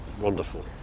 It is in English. Wonderful